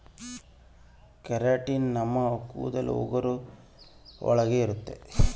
keratin ನಮ್ ಕೂದಲು ಉಗುರು ಒಳಗ ಇರುತ್ತೆ